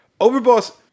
Overboss